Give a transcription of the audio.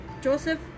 Joseph